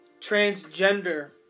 Transgender